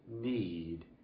need